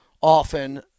often